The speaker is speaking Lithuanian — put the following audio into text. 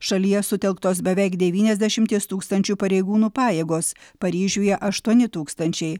šalyje sutelktos beveik devyniasdešimties tūkstančių pareigūnų pajėgos paryžiuje aštuoni tūkstančiai